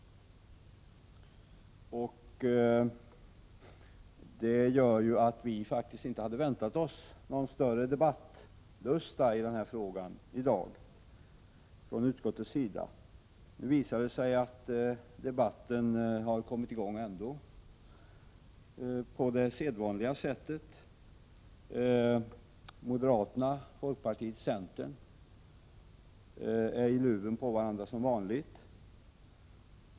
Därför hade vi faktiskt inte väntat oss någon större debattlusta i den här frågan i dag från utskottets sida. Nu visar det sig att debatten ändå har kommit i gång, på det sedvanliga sättet. Moderaterna, folkpartiet och centern är i luven på varandra som vanligt.